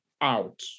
out